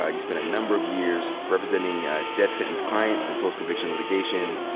ah you spent a number of years representing death sentence clients in post-conviction litigation.